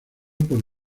por